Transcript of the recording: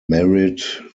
married